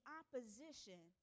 opposition